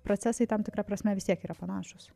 procesai tam tikra prasme vis tiek yra panašūs